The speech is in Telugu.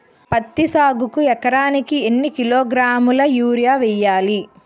పత్తి సాగుకు ఎకరానికి ఎన్నికిలోగ్రాములా యూరియా వెయ్యాలి?